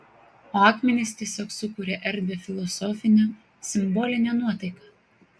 o akmenys tiesiog sukuria erdvią filosofinę simbolinę nuotaiką